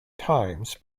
times